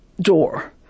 door